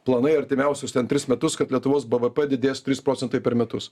planai artimiausius ten tris metus kad lietuvos bvp didės trys procentai per metus